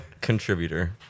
contributor